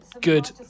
good